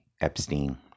Epstein